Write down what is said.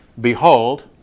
behold